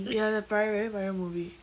ya the praive பலய:palaya movie